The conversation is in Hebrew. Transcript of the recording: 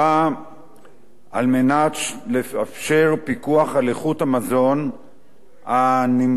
באה לאפשר פיקוח על איכות המזון הנמכר